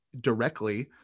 directly